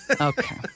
Okay